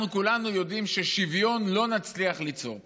אנחנו כולנו יודעים ששוויון לא נצליח ליצור פה,